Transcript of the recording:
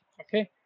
okay